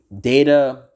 data